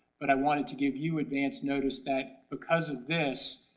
but i wanted to give you advance notice that because of this,